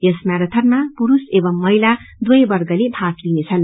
यस मैराािनमा पुरूष एवं महिला दुवै वर्गले भाग लिनेछन्